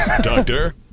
Doctor